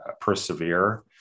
persevere